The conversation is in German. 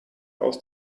aus